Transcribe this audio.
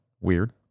Weird